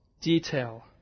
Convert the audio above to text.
detail